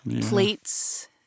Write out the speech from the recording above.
plates